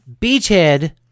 Beachhead